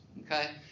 okay